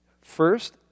first